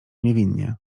niewinnie